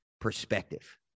Perspective